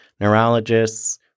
neurologists